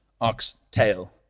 oxtail